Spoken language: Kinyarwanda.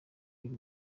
y’u